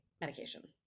medication